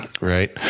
right